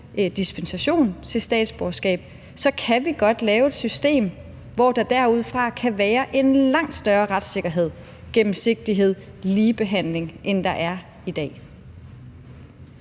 dispensation til statsborgerskab, kan vi godt lave et system, ud fra hvilket der kan være en langt større retssikkerhed, gennemsigtighed og ligebehandling, end der er i dag.